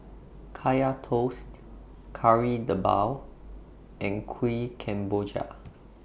Kaya Toast Kari Debal and Kuih Kemboja